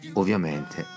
ovviamente